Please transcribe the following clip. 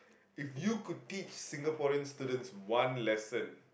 if you could teach Singaporean students one lesson